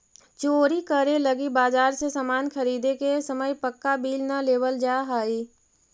चोरी करे लगी बाजार से सामान ख़रीदे के समय पक्का बिल न लेवल जाऽ हई